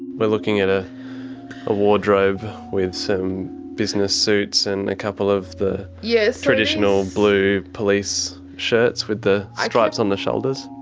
we're looking at ah a wardrobe with some business suits, and a couple of the yeah traditional blue police shirts with the stripes on the shoulders.